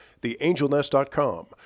theangelnest.com